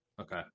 okay